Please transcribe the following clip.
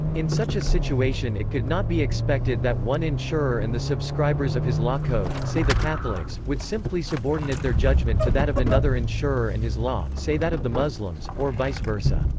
in such a situation it could not be expected that one insurer and the subscribers of his law code, say the catholics, would simply subordinate their judgment to that of another insurer and his law, say that of the muslims, or vice versa.